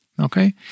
Okay